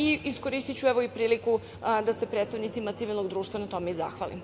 Iskoristiću priliku da se predstavnicima civilnog društva na tome i zahvalim.